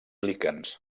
líquens